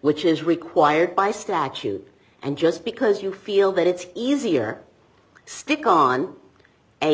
which is required by statute and just because you feel that it's easier stick on a